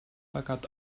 fakat